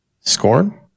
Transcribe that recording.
Scorn